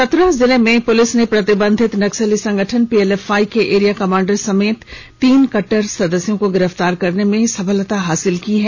चतरा जिले में पुलिस ने प्रतिबंधित नक्सली संगठन पीएलएफआई एरिया कमांडर समेत तीन कट्टर सदस्यों को गिरफतार करने में सफलता हासिल की है